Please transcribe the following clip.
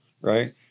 Right